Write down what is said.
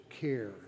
care